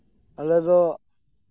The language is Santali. ᱟᱞᱮ ᱫᱚ